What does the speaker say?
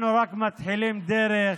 אנחנו רק מתחילים דרך,